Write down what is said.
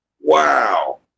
Wow